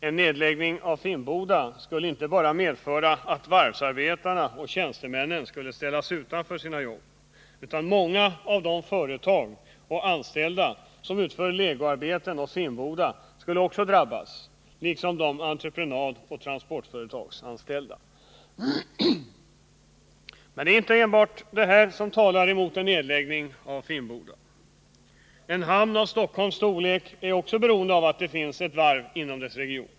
En nedläggning av Finnboda skulle inte bara medföra att varvsarbetarna och tjänstemännen skulle ställas utanför sina jobb utan också att många av de företag och anställda som utför legoarbeten åt Finnboda skulle drabbas, liksom de entreprenadoch transportföretagsanställda. Men det är inte enbart detta som talar mot en nedläggning av Finnboda. En hamn av Stockholms hamns storlek är också beroende av att det finns ett varv inom dess region.